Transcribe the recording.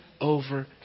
over